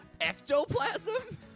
ectoplasm